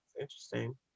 interesting